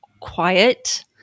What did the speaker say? quiet